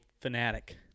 fanatic